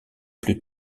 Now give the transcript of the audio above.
plus